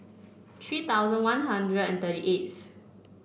three thousand One Hundred and thirty eighth